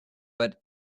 but